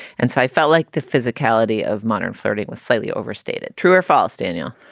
and so i felt like the physicality of modern flirting with slightly overstated. true or false, daniel?